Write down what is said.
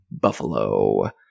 Buffalo